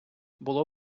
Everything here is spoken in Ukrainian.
було